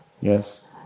yes